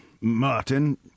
Martin